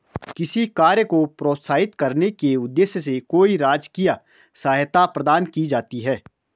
किसी कार्य को प्रोत्साहित करने के उद्देश्य से कोई राजकीय सहायता प्रदान की जाती है